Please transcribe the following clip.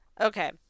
Okay